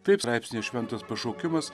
taip straipsnio šventas pašaukimas